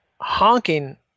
honking